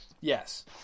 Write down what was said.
Yes